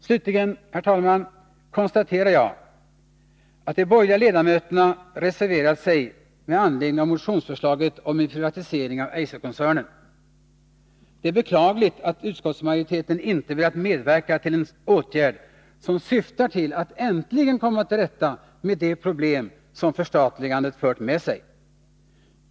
Slutligen, herr talman, konstaterar jag att de borgerliga ledamöterna reserverat sig med anledning av motionsförslaget om en privatisering av Eiserkoncernen. Det är beklagligt att utskottsmajoriteten inte velat medverka till en åtgärd som syftar till att man äntligen skall komma till rätta med de problem som förstatligandet fört med sig.